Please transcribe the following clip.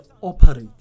operate